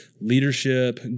leadership